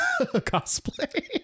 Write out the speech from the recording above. cosplay